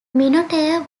minotaur